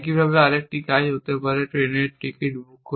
একইভাবে আরেকটি কাজ হতে পারে ট্রেনের টিকিট বুক করা